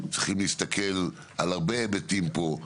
צריכים להסתכל על הרבה היבטים פה.